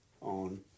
on